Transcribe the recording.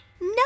No